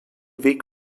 weg